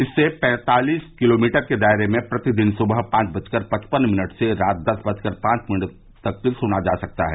इससे प्रसारण पैंतिस किलोमीटर के दायरे में प्रतिदिन सुबह पांच बजकर पचपन मिनट से रात दस बजकर पांच मिनट तक सुना जा सकता है